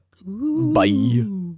bye